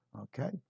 Okay